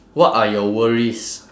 what are your worries